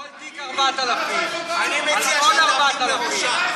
כמו כן, כל תיק 4000. אני מציע שאת תעמדי בראשה.